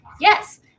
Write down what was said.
yes